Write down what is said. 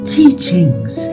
teachings